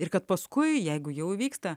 ir kad paskui jeigu jau įvyksta